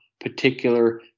particular